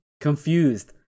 confused